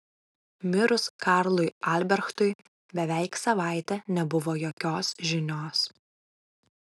mirus karlui albrechtui beveik savaitę nebuvo jokios žinios